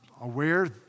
aware